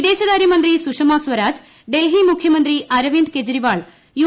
വിദേശകാരൃ മന്ത്രി സുഷമ സ്വരാജ് ഡൽഹി മുഖ്യമന്ത്രി അരവിന്ദ് കെജ്രിവാൾ യു